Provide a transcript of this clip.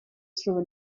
through